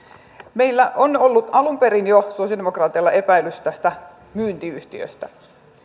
meillä sosialidemokraateilla on ollut alun perin jo epäilys tästä myyntiyhtiöstä